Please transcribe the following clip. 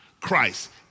Christ